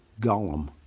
Gollum